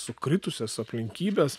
sukritusias aplinkybes